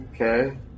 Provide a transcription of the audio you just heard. Okay